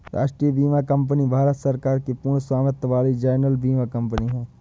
राष्ट्रीय बीमा कंपनी भारत सरकार की पूर्ण स्वामित्व वाली जनरल बीमा कंपनी है